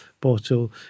bottle